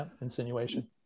insinuation